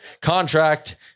contract